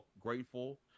grateful